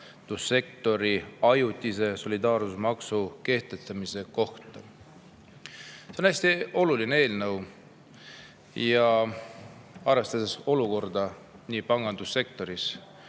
pangandussektori ajutise solidaarsusmaksu kehtestamise kohta" [eelnõu]. See on hästi oluline eelnõu, arvestades olukorda nii pangandussektoris